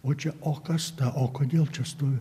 o čia o kas ta o kodėl čia stovi